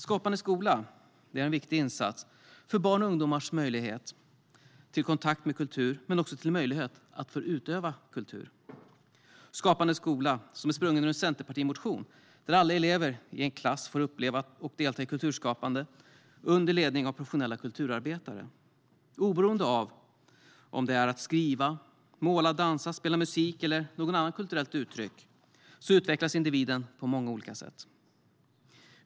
Skapande skola är en viktig insats för barns och ungdomars möjlighet till kontakt med kultur men också till att utöva kultur. I Skapande skola, som är sprungen ur en centerpartimotion, får alla elever i en klass uppleva och delta i kulturskapande under ledning av professionella kulturarbetare. Oavsett om det är genom att skriva, måla, dansa, spela musik eller något annat kulturellt uttryck utvecklas individen på många olika sätt.